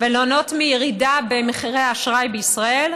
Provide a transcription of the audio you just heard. וליהנות מירידה במחירי האשראי בישראל.